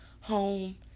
home